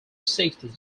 sixth